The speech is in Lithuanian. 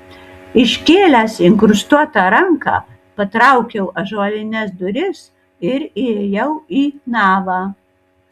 iškėlęs inkrustuotą ranką patraukiau ąžuolines duris ir įėjau į navą